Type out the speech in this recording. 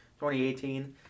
2018